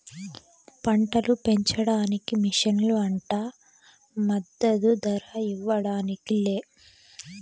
పంటలు పెంచడానికి మిషన్లు అంట మద్దదు ధర ఇవ్వడానికి లే